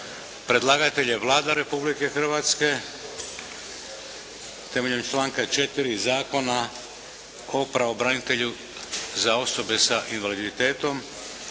Predlagatelj je Vlada Republike Hrvatske. Temeljem članka 4. Zakona o pravobranitelju za osobe sa invaliditetom